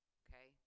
okay